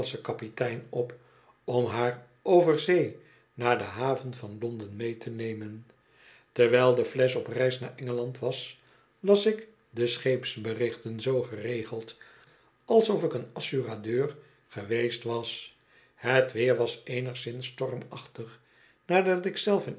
kapitein op om haar over zee naar de haven van londen mee te nemen terwijl de flesch op reis naar engeland was las ik de scheepsberichten zoo geregeld alsof ik een assuradeur geweest was het weer was eenigszins stormachtig nadat ik zelf